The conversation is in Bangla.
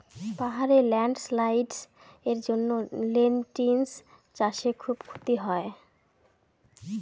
পাহাড়ে ল্যান্ডস্লাইডস্ এর জন্য লেনটিল্স চাষে খুব ক্ষতি হয়